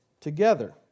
together